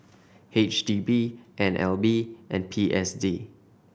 H D B N L B and P S D